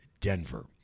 Denver